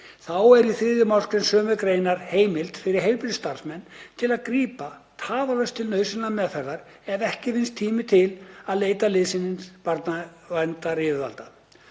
Þá er í 3. mgr. sömu greinar heimild fyrir heilbrigðisstarfsmenn til að grípa tafarlaust til nauðsynlegrar meðferðar ef ekki vinnst tími til að leita liðsinnis barnaverndaryfirvalda.